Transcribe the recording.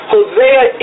Hosea